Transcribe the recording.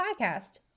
Podcast